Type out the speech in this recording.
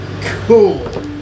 Cool